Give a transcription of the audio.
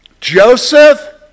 Joseph